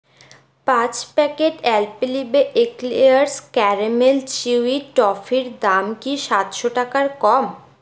পাঁচ packet Alpenliebe eclairs caramel chewy টফির দাম কি সাতশো টাকার কম